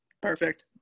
Perfect